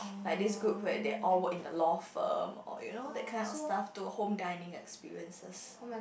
like this group where they all work in the law firm or you know that kind of stuff to home guiding experiences